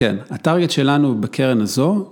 ‫כן, הטרגט שלנו בקרן הזו.